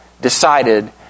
decided